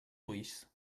ulls